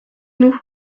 nous